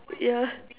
yeah